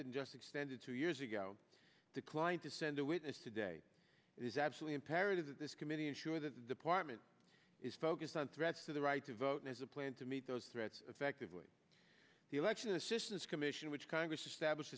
and just extended two years ago declined to send a witness today is absolutely imperative that this committee ensure that the partment is focused on threats to the right to vote as a plan to meet those threats effectively the election assistance commission which congress established